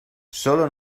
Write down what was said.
sólo